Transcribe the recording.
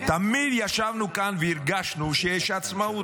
תמיד ישבנו כאן והרגשנו שיש עצמאות.